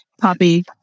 Poppy